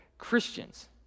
christians